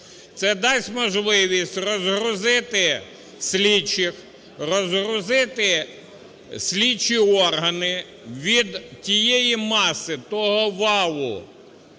Це дасть можливість розгрузити слідчих, розгрузити слідчі органи від тієї маси того валу